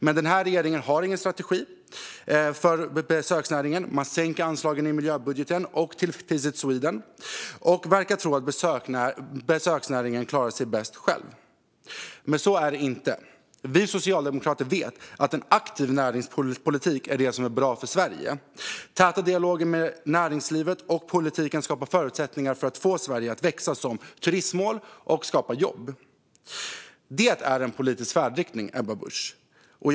Men regeringen har ingen strategi för besöksnäringen. De sänker anslagen i miljöbudgeten och till Visit Sweden, och verkar tro att besöksnäringen klarar sig bäst själv. Så är det inte. Vi socialdemokrater vet att en aktiv näringslivspolitik är bra för Sverige. Täta dialoger mellan näringslivet och politiken skapar förutsättningar för att Sverige ska växa som turistmål och att jobb skapas. Det är en politisk färdriktning, Ebba Busch!